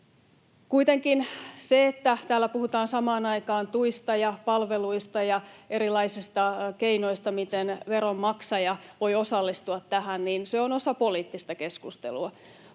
Kuitenkin se, että täällä puhutaan samaan aikaan tuista ja palveluista ja erilaisista keinoista, miten veronmaksaja voi osallistua tähän, on osa poliittista keskustelua.